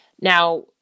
Now